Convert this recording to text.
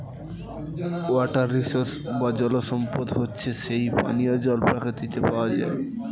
water resource বা জল সম্পদ হচ্ছে যেই পানিও জল প্রকৃতিতে পাওয়া যায়